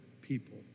people